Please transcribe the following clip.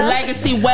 Legacy